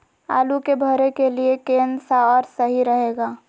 आलू के भरे के लिए केन सा और सही रहेगा?